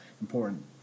important